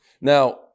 Now